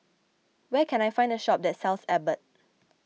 where can I find a shop that sells Abbott